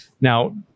Now